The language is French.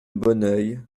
bonneuil